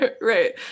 right